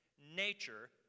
nature